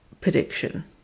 prediction